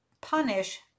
punish